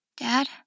Dad